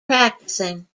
practising